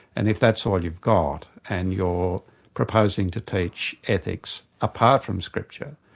and if that's all you've got, and you're proposing to teach ethics apart from scripture,